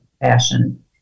fashion